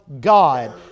God